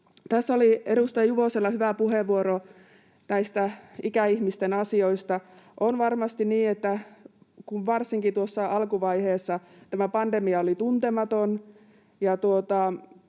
Tässä oli edustaja Juvosella hyvä puheenvuoro näistä ikäihmisten asioista. On varmasti niin, että kun varsinkin alkuvaiheessa tämä pandemia oli tuntematon